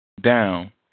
down